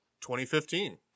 2015